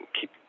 keep